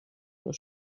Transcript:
nur